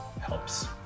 helps